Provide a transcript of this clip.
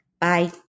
Bye